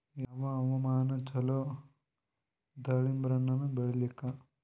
ಯಾವ ಹವಾಮಾನ ಚಲೋ ದಾಲಿಂಬರ ಹಣ್ಣನ್ನ ಬೆಳಿಲಿಕ?